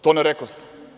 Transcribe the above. To ne rekoste.